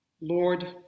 Lord